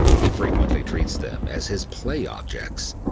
he frequently treats them as his play objects,